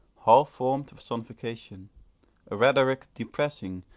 half-formed personification a rhetoric, depressing,